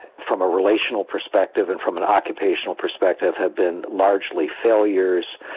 from a relational perspective and from an occupational perspective have been largely failures.